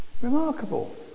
Remarkable